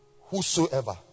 Whosoever